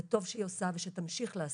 וטוב שהיא עושה ושתמשיך לעשות.